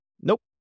Nope